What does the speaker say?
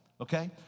Okay